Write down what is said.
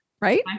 right